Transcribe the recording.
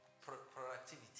Productivity